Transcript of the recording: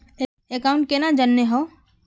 Account केना जाननेहव?